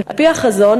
על-פי החזון,